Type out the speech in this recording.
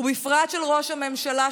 ובפרט של ראש הממשלה,